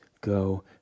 go